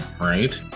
right